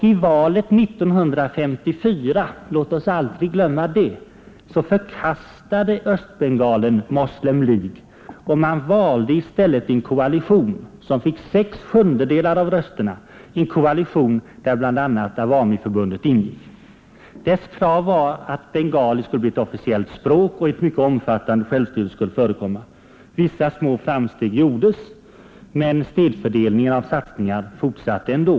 I valet 1954 — låt oss aldrig glömma det — förkastade östbengalerna Moslem League och man valde i stället en koalition som fick sex sjundedelar av rösterna, en koalition där bl.a. Awamiförbundet ingick. Dess krav var att bengali skulle bli ett officiellt språk och att ett mycket omfattande självstyre skulle förekomma. Vissa små framsteg gjordes, men snedfördelningen av satsningar fortsatte ändå.